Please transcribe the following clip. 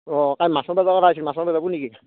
অঁ কালি মাছ মাৰিব যাব ওলাইছে মাছ মাৰিব যাব নেকি